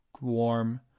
warm